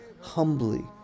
humbly